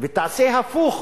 ותעשה הפוך